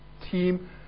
team